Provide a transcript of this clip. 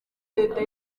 leta